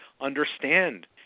understand